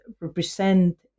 represent